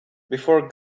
before